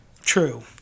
True